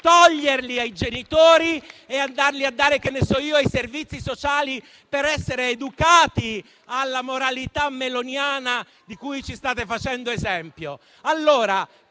toglierli ai genitori e di darli - che ne so io - ai servizi sociali per essere educati alla moralità meloniana di cui ci state facendo esempio?